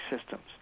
systems